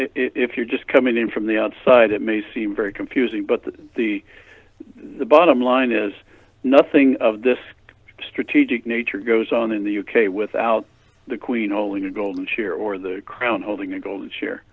if you're just coming in from the outside it may seem very confusing but the bottom line is nothing of this strategic nature goes on in the u k without the queen holding a golden chair or the crown holding a golden share